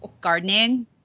Gardening